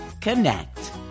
connect